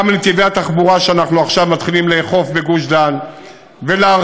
וגם נתיבי התחבורה שאנחנו עכשיו מתחילים לאכוף בגוש-דן ולהרחיב,